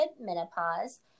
menopause